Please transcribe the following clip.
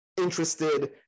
interested